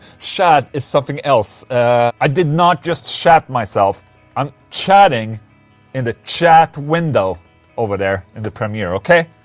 shat is something else i did not just shat myself i'm chatting in the chat window over there in the premiere, ok?